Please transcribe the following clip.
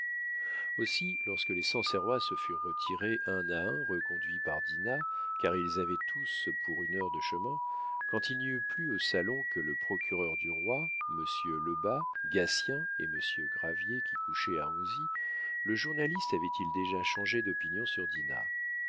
aussi lorsque les sancerrois se furent retirés un à un reconduits par dinah car ils avaient tous pour une heure de chemin quand il n'y eut plus au salon que le procureur du roi monsieur lebas gatien et monsieur gravier qui couchaient à anzy le journaliste avait-il déjà changé d'opinion sur dinah